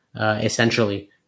essentially